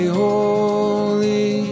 holy